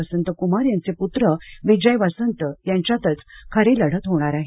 वसंतक्मार यांचे पूत्र विजय वसंत यांच्यातच खरी लढत होणार आहे